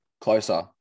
closer